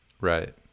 Right